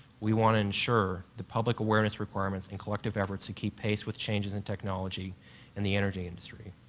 we want to ensure the public awareness requirement and collective effort to keep pace with changes and technology in the energy industry.